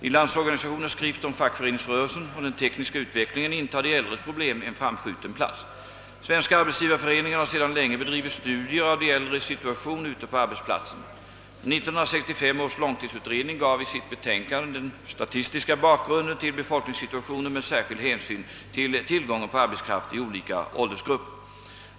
I - Landsorganisationens skrift om fackföreningsrörelsen och den tekniska utvecklingen intar de äldres problem en framskjuten plats. Svenska arbetsgivareföreningen har sedan länge bedrivit studier av de äldres situation ute på arbetsplatserna. 1965 års långtidsutredning gav i sitt betänkande den statistiska bakgrunden till befolk ningssituationen med särskild hänsyn till tillgången på arbetskraft i olika åldersgrupper.